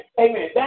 Amen